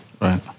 Right